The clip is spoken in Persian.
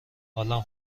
حالم